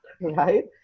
right